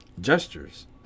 gestures